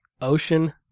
Ocean